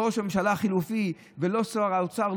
לא ראש הממשלה החלופי ולא שר האוצר,